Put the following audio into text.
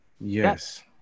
Yes